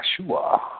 Yeshua